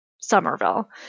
Somerville